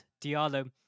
Diallo